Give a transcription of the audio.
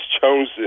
chosen